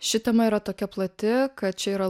ši tema yra tokia plati kad čia yra